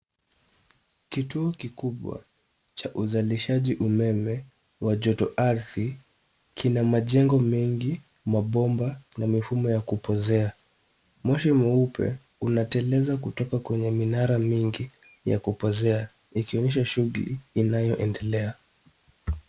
Kituo kikubwa cha kuzalisha umeme wa joto ardhi. Kina majengo mengi, mabomba, na mifumo ya kupozea. Moshi mweupe unateleza kutoka kwenye minara mingi ya kupozea, ikionyesha shughuli inayoendelea.